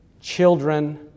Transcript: children